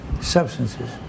substances